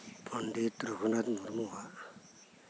ᱯᱚᱱᱰᱤᱛ ᱨᱚᱜᱷᱩᱱᱟᱛᱷ ᱢᱩᱨᱢᱩ ᱟᱜ